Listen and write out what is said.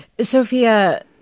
Sophia